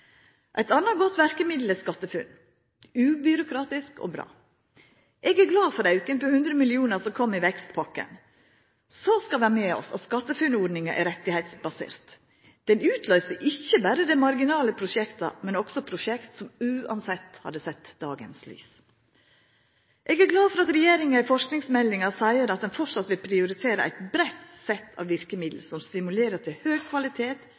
Eit anna godt verkemiddel er SkatteFUNN – ubyråkratisk og bra. Eg er glad for auken på 100 mill. kr som kom i vekstpakka. Så skal vi ha med oss at SkatteFUNN-ordninga er rettsbasert, ho utløyser ikkje berre dei marginale prosjekta, men også prosjekt som uansett hadde sett dagens lys. Eg er glad for at regjeringa i forskingsmeldinga seier at ho fortsatt vil prioritera eit breitt sett av verkemiddel som stimulerer til høg kvalitet,